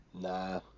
Nah